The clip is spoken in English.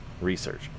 research